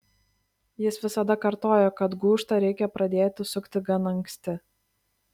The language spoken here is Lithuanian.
jis visada kartojo kad gūžtą reikia pradėti sukti gan anksti